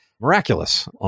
miraculous